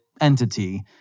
entity